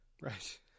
Right